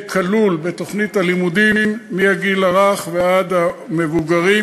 כלול בתוכנית הלימודים מהגיל הרך ועד המבוגרים.